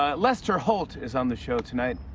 ah lester holt is on the show tonight.